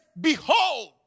behold